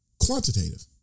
quantitative